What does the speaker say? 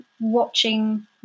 watching